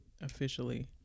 officially